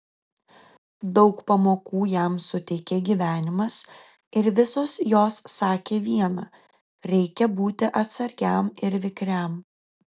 daug pamokų jam suteikė gyvenimas ir visos jos sakė viena reikia būti atsargiam ir vikriam